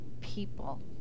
people